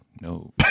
No